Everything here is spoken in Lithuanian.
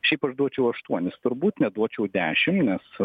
šiaip aš duočiau aštuonis turbūt neduočiau dešim nes